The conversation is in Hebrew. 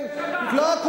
אל תבלבל במוח, שנאה ליהדות.